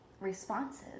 responses